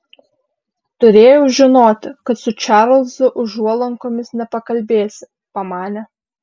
turėjau žinoti kad su čarlzu užuolankomis nepakalbėsi pamanė